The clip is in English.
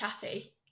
chatty